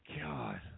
God